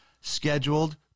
scheduled